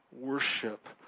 worship